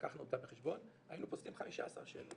שלקחנו אותה בחשבון, היינו פוסלים 15 שאלות.